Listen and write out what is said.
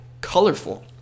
colorful